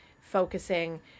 focusing